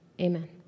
Amen